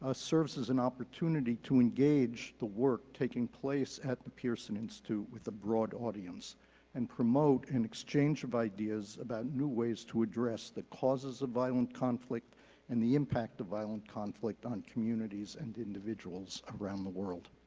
ah serves as an opportunity to engage the work taking place at the pearson institute with a broad audience and promote an exchange of ideas about new ways to address the causes of violent conflict and the impact of violent conflict on communities and individuals around the world.